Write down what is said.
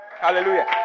Hallelujah